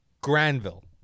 Granville